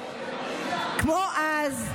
כמו אז,